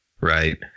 right